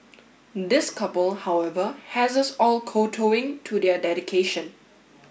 this couple however has us all kowtowing to their dedication